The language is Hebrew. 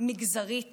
מגזרית